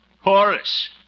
Horace